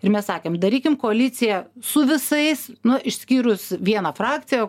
ir mes sakėm darykim koaliciją su visais nu išskyrus vieną frakciją